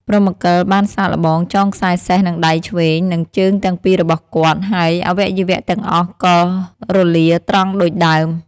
ព្រហ្មកិលបានសាកល្បងចងខ្សែសេះនឹងដៃឆ្វេង និងជើងទាំងពីររបស់គាត់ ហើយអវយវៈទាំងអស់ក៏រលាត្រង់ដូចដើម ។